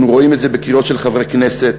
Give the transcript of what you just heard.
אנחנו רואים את זה בקריאות של חברי כנסת